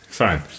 fine